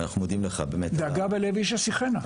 דאגה בלב איש ישיחנה.